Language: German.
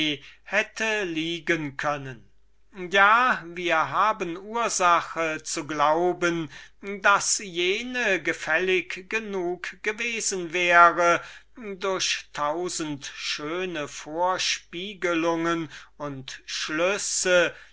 hätte liegen können ja wir haben ursache zu glauben daß die erste gefällig genug gewesen wäre durch tausend schöne vorspiegelungen und schlüsse